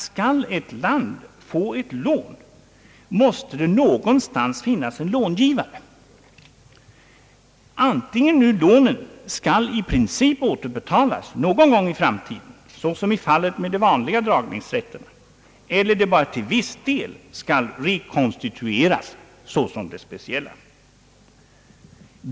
Skall ett land få ett lån, måste det någonstans finnas en långivare, vare sig lånen i princip skall återbetalas någon gång i framtiden, såsom i fallet med de vanliga dragningsrätterna, eller de bara till viss del skall rekonstitueras, såsom de speciella.